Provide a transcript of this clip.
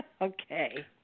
Okay